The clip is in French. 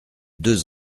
deux